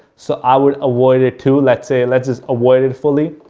so, i will avoid it to let's say, let's just avoid it fully.